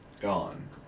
gone